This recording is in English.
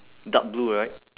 dark blue right